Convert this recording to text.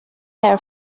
her